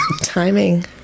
Timing